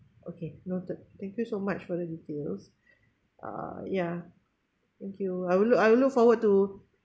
okay noted thank you so much for the details uh yeah thank you I will look I look forward to